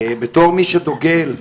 בתור מי שדוגל,